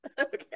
Okay